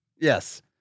Yes